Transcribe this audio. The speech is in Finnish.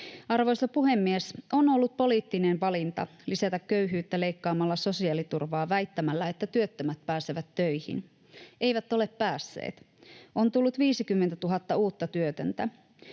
Arvoisa puhemies! On ollut poliittinen valinta lisätä köyhyyttä leikkaamalla sosiaaliturvaa väittämällä, että työttömät pääsevät töihin. Eivät ole päässeet. On tullut 50 000 uutta työtöntä.